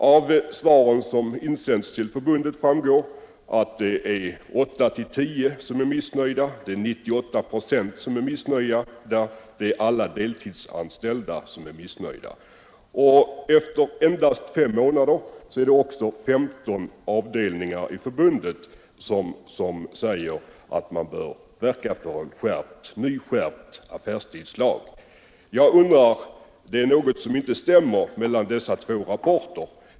Av svaren som insänts till förbundet framgår att åtta av tio är missnöjda, att 98 procent är missnöjda, att alla heltidsanställda är missnöjda. Efter endast fem månader är det också 15 avdelningar i förbundet som säger att man bör verka för en ny, skärpt affärstidslag. Det är något som inte stämmer mellan dessa två rapporter.